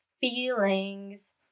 feelings